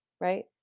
Right